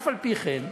גפני?